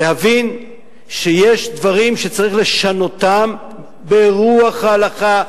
להבין שיש דברים שצריך לשנותם ברוח ההלכה,